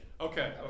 Okay